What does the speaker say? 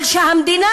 אבל שהמדינה,